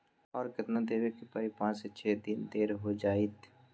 और केतना देब के परी पाँच से छे दिन देर हो जाई त?